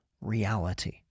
reality